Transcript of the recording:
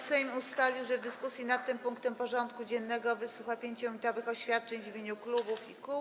Sejm ustalił, że w dyskusji nad tym punktem porządku dziennego wysłucha 5-minutowych oświadczeń w imieniu klubów i kół.